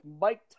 Mike